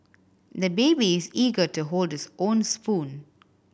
the baby is eager to hold his own spoon